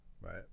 Right